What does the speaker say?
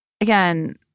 Again